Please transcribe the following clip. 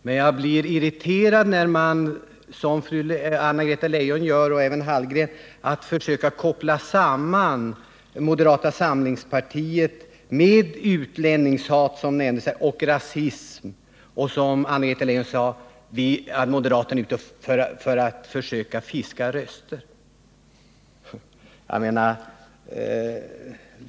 Men jag blir irriterad när man, som Anna-Greta Leijon och även Karl Hallgren gör, försöker koppla samman moderata samlingspartiet med utlänningshat och rasism. Anna-Greta Leijon sade att moderaterna är ute för att fiska röster.